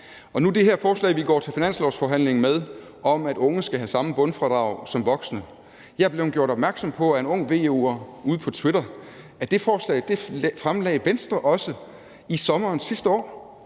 der det her forslag, vi går til finanslovsforhandling med, om, at unge skal have samme bundfradrag som voksne. Jeg er blevet gjort opmærksom på af en ung VU'er ude på Twitter, at det forslag fremlagde Venstre også i sommeren sidste år.